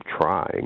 trying